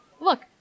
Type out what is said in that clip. Look